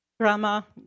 drama